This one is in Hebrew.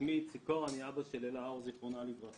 שמי איציק אור, אבא של אלה אור זיכרונה לברכה.